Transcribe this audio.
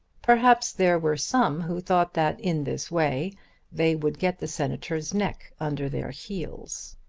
perhaps there were some who thought that in this way they would get the senator's neck under their heels.